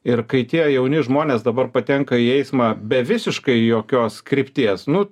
ir kai tie jauni žmonės dabar patenka į eismą be visiškai jokios krypties nu